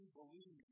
believe